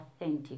authentic